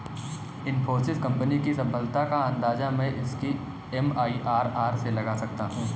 Infosys company की सफलता का अंदाजा मैं इसकी एम.आई.आर.आर से लगा सकता हूँ